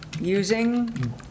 using